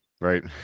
right